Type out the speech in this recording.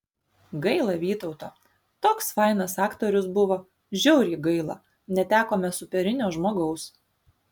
gaila vytauto toks fainas aktorius buvo žiauriai gaila netekome superinio žmogaus